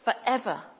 forever